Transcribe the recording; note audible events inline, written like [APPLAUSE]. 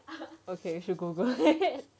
okay should google it [LAUGHS]